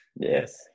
Yes